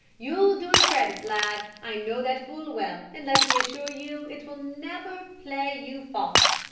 you'll do it credit, lad, i know that full well, and let me assure you it will never play you false.